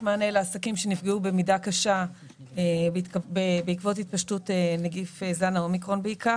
מענה לעסקים שנפגעו במידה קשה בעיקר בעקבות התפשטות זן האומיקרון,